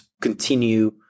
continue